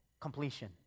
completion